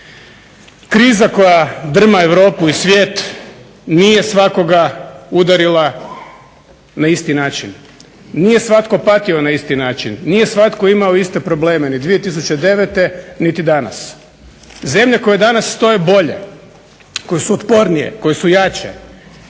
Kriza koja drma Europu i svijet nije svakoga udarila na isti način. Nije svatko patio na isti način, nije svatko imao iste probleme ni 2009. niti danas. Zemlje koje danas stoje bolje koje su otpornije, koje su jače,